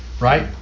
right